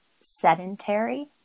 sedentary